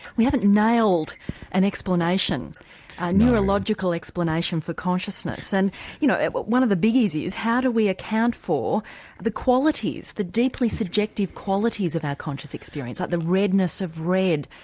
we haven't nailed an explanation, a neurological explanation for consciousness. and you know one of the biggies is how do we account for the qualities, the deeply subjective qualities of our conscious experience, like the redness of red,